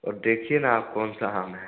और देखिए ना आप कौन सा आम है